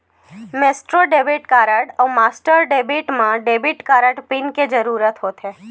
Maestro debit card अउ master debit म debit card pin के जरूरत होथे